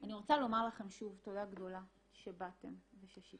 אני רוצה לומר לכם שוב תודה גדולה שבאתם וששיתפתם.